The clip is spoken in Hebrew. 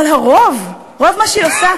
יושב-ראש ועדת החוקה,